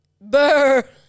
Burr